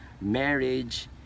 marriage